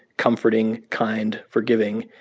comforting, kind, forgiving,